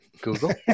Google